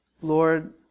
Lord